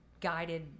guided